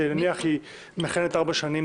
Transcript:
שנניח היא מכהנת ארבע שנים,